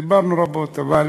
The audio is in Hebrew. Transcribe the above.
דיברנו רבות, אבל